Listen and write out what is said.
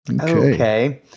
Okay